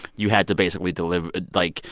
you had to basically deliver like,